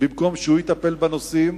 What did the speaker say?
במקום שהוא יטפל בנושאים,